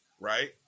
right